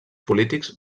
polítics